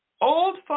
Old